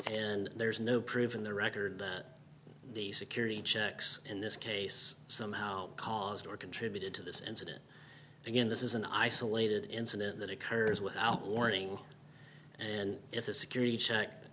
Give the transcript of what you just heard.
and there's no proof in the record that the security checks in this case somehow caused or contributed to this incident again this is an isolated incident that occurs without warning and if the security check